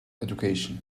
education